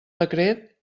decret